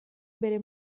bere